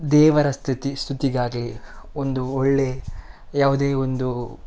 ದೇವರ ಸ್ತುತಿ ಸ್ತುತಿಗಾಗಲಿ ಒಂದು ಒಳ್ಳೆಯ ಯಾವುದೇ ಒಂದು